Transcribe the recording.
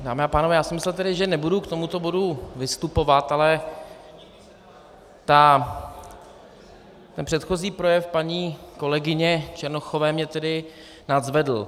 Dámy a pánové, já jsem myslel tedy, že nebudu k tomuto bodu vystupovat, ale předchozí projev paní kolegyně Černochové mě tedy nadzvedl.